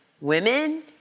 women